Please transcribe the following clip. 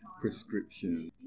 prescription